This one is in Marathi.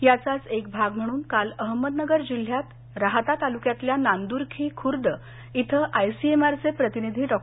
याचाच एकन भाग म्हणून काल अहमदनगर जिल्ह्यात राहाता तालुक्यातल्या नांदूर्खी खुर्द इथं आयसीएमआरचे प्रतिनिधी डॉ